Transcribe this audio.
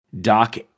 Doc